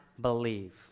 believe